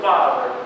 Father